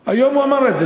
היום, היום הוא אמר את זה.